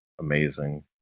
amazing